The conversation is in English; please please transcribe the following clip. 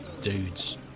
dudes